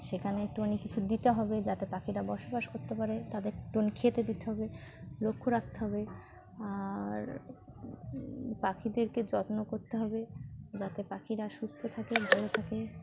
সেখানে একটুখানি কিছু দিতে হবে যাতে পাখিরা বসবাস করতে পারে তাদের একটুখানি খেতে দিতে হবে লক্ষ্য রাখতে হবে আর পাখিদেরকে যত্ন করতে হবে যাতে পাখিরা সুস্থ থাকে ভালো থাকে